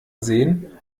sehen